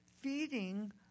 feeding